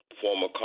former